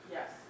Yes